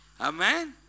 Amen